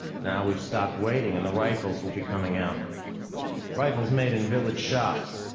now we've stopped waiting and the rifles will be coming out rifles made in village shops.